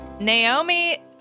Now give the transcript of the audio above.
Naomi